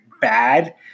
bad